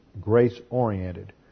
grace-oriented